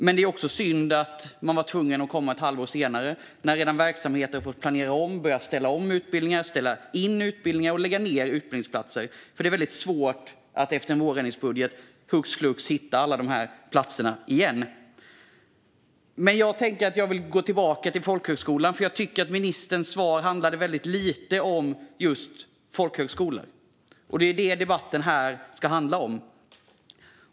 Men det är synd att man var tvungen att komma ett halvår senare när verksamheterna redan fått planera om och börjat ställa om utbildningar, ställa in utbildningar och lägga ned utbildningsplatser, för det är väldigt svårt att efter en vårändringsbudget hux flux hitta alla dessa platser igen. Nu vill jag gå tillbaka till folkhögskolan, för jag tycker att ministerns svar handlade väldigt lite om just folkhögskolan, och det är det debatten här ska handla om.